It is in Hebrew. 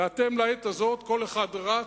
ואתם לעת הזאת כל אחד רץ,